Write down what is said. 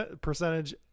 percentage